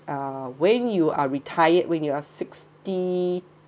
uh when you are retired when you're sixty